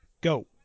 go